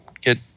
get